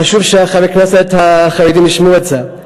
חשוב שחברי הכנסת החרדים ישמעו את זה,